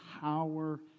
power